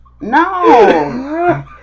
No